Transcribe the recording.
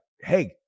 Hey